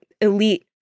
elite